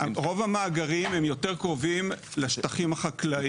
רוב המאגרים הם יותר קרובים לשטחים החקלאיים.